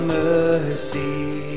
mercy